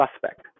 suspect